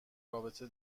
رابطه